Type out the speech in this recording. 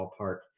ballpark